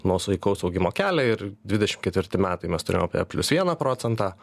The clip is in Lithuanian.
nuosaikaus augimo kelią ir dvidešimt ketvirti metai mes turim apie plius vieną procentą